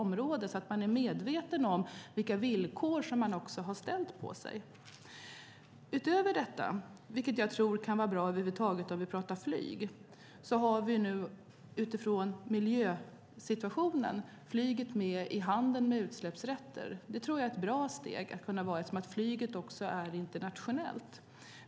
Man är medveten om vilka villkor som man har. Utöver detta, vilket jag tror kan vara bra om vi pratar flyg, har vi nu, utifrån miljösituationen, flyget med i handeln med utsläppsrätter. Det tror jag är ett bra steg, eftersom flyget också är internationellt.